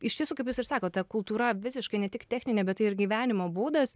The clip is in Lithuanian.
iš tiesų kaip jūs ir sakot ta kultūra visiškai ne tik techninė bet tai ir gyvenimo būdas